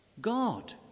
God